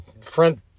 front